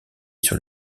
sur